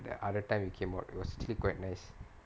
like the other time it came out it was actually quite nice